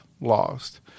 Lost